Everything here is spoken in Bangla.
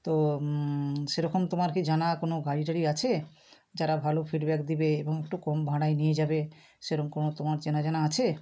তো সেরকম তোমার কী জানা কোনো গাড়ি টাড়ি আছে যারা ভালো ফিডব্যাক দিবে এবং একটু কম ভাড়ায় নিয়ে যাবে সেরকম কোনো তোমার চেনা জানা আছে